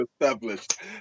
established